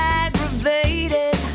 aggravated